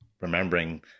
remembering